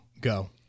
go